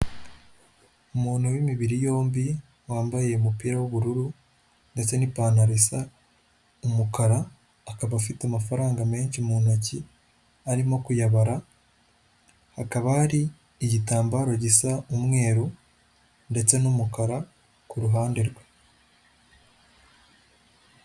Umuntu w'imibiri yombi wambaye umupira w'ubururu ndetse n'ipantaro isa umukara, akaba afite amafaranga menshi mu ntoki arimo kuyabara, hakaba hari igitambaro gisa umweru ndetse n'umukara ku ruhande rwe.